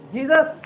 Jesus